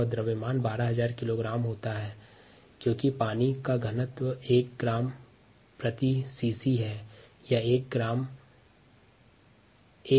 यहाँ द्रव्यमान 12000 किलोग्राम होता है क्योंकि पानी का घनत्व 1 ग्राम प्रति सीसी gram per cc है